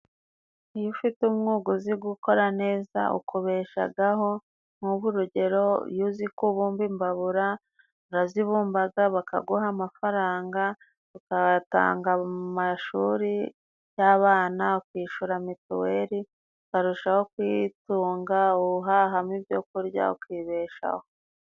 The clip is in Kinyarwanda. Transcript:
Iyo ufite umwuga uzi gukora neza ukubeshaho. Nk'urugero iyo uzi kubumba imbabura urazibumba bakaguha amafaranga, ukayatanga mu mashuri y'abana, ukishyura mituweli, ukarushaho kwitunga uhahamo ibyo kurya, ukibeshaho.